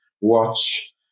watch